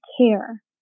care